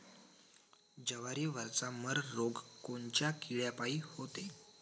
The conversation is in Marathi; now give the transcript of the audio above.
जवारीवरचा मर रोग कोनच्या किड्यापायी होते?